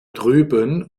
drüben